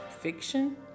fiction